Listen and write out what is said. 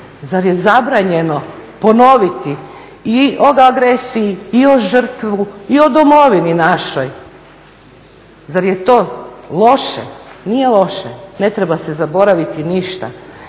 zar je zabranjeno ponoviti i o agresiji i o žrtvi i o domovini našoj, zar je to loše? Nije loše, ne treba se zaboraviti ništa.